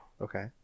Okay